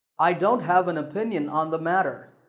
i don't have an opinion on the matter.